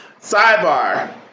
sidebar